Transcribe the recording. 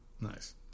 Nice